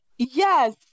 Yes